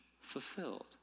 fulfilled